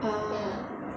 ya